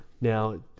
...now